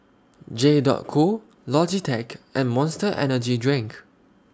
J Dot Co Logitech and Monster Energy Drink